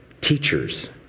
teachers